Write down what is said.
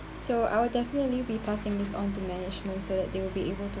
so I will definitely be passing this on to management so that they will be able to